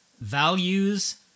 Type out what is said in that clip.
values